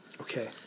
okay